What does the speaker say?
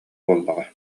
буоллаҕа